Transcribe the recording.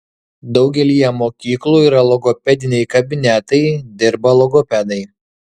daugelyje mokyklų yra logopediniai kabinetai dirba logopedai